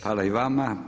Hvala i vama.